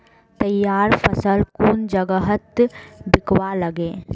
तैयार फसल कुन जगहत बिकवा लगे?